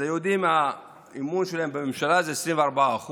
אז היהודים, האמון שלהם בממשלה זה 24%